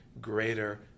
greater